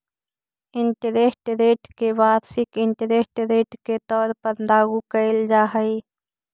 interest rate के वार्षिक interest rate के तौर पर लागू कईल जा हई